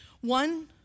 One